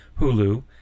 Hulu